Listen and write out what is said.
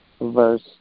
verse